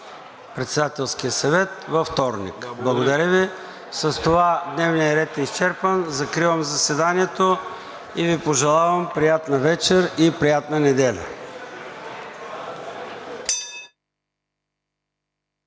Председателския съвет във вторник. Благодаря Ви. С това дневният ред е изчерпан. Закривам заседанието и Ви пожелавам приятна вечер и приятна неделя.